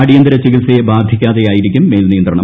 അടിയന്തിര ചികിത്സയെ ബാധിക്കാതെ ആയിരിക്കും മേൽ ് നിയന്ത്രണം